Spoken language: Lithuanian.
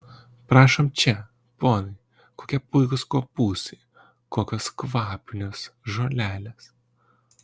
prašom čia ponai kokie puikūs kopūstai kokios kvapnios žolelės